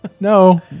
no